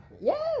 yes